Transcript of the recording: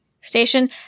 station